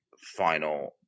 final